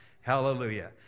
Hallelujah